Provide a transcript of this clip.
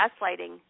gaslighting